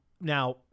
now